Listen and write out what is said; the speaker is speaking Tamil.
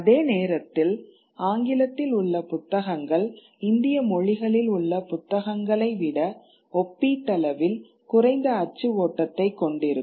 அதே நேரத்தில் ஆங்கிலத்தில் உள்ள புத்தகங்கள் இந்திய மொழிகளில் உள்ள புத்தகங்களை விட ஒப்பீட்டளவில் குறைந்த அச்சு ஓட்டத்தைக் கொண்டிருக்கும்